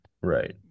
Right